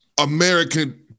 American